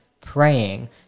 praying